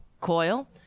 coil